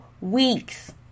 weeks